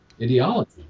ideology